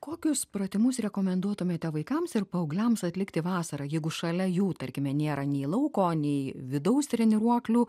kokius pratimus rekomenduotumėte vaikams ir paaugliams atlikti vasarą jeigu šalia jų tarkime nėra nei lauko nei vidaus treniruoklių